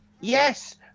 Yes